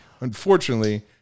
unfortunately